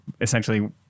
essentially